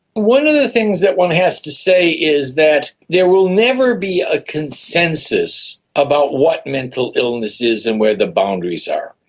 one of the things that one has to say is that there will never be a consensus about what mental illness is and where the boundaries are.